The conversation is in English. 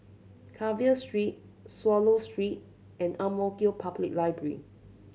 Carver Street Swallow Street and Ang Mo Kio Public Library